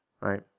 right